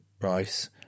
rice